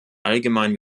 allgemein